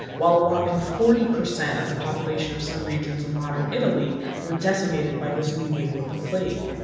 while a whopping forty percent of the population of some regions of modern italy were decimated by this new wave of the plague.